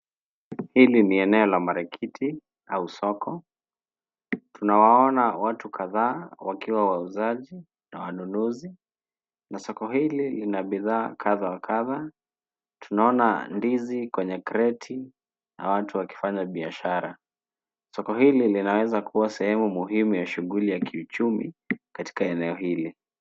Hili ni eneo la marikiti, au soko. Tunawaona watu kadhaa, wakiwa wauzaji na wanunuzi, na soko hili lina bidhaa kadha wa kadha. Tunaona ndizi kwenye kreti na watu wakifanya biashara. Soko hili linawezakua sehemu muhimu ya shughuli ya kiuchumi, katika eneo hili.